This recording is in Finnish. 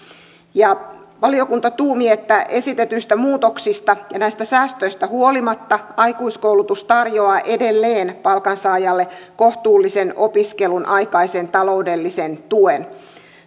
valiokunta tuumi että esitetyistä muutoksista ja näistä säästöistä huolimatta aikuiskoulutustuki tarjoaa edelleen palkansaajalle kohtuullisen opiskelunaikaisen taloudellisen tuen